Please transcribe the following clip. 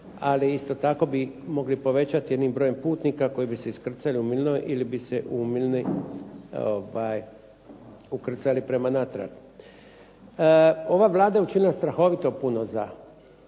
ali isto tako bi mogli povećati jednim brojem putnika koji bi se iskrcali u Milni ili bi se u Milni ukrcali prema natrag. Ova Vlada je učinila strahovito puno i